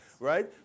Right